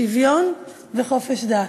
שוויון וחופש דת.